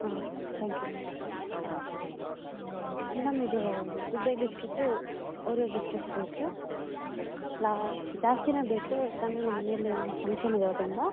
ಹಾಂ thank you ma'am madam ಇದು Good Day biscuit Oreo biscuits ಬೇಕು ಲ್ಲಾ ಜಾಸ್ತಿನೇ ಬೇಕು ಯಾಕಂದರೆ ನಮ್ಮ ಮನೇಲಿ ಒಂದು ಫಂಕ್ಷನ್ ಇರೋದರಿಂದ